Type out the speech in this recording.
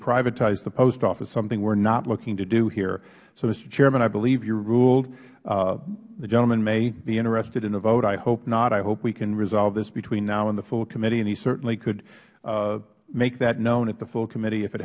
privatize the post office something we are not looking to do here so mister chairman i believe you ruled the gentleman may be interested in a vote i hope not i hope we can resolve this between now and the full committee and he certainly could make that known at the full committee if it